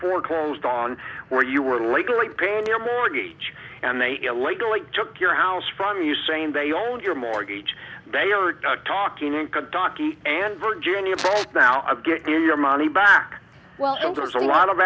foreclosed on where you are legally pain your mortgage and they illegally took your house from you saying they owned your mortgage they are talking in kentucky and virginia both now get your money back well so there's a lot of